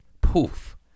poof